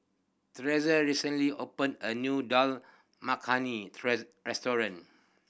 recently opened a new Dal Makhani restaurant